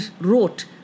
wrote